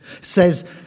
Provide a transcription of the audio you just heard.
Says